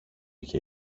και